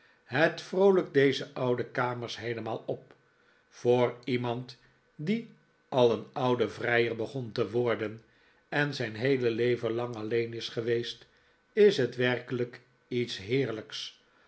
het vroolijkt deze oude kamers heelemaal op voor iemand die al een oude vrijer begon te worden en zijn heele leven lang alleen is geweest is het werkelijk iets heerlijks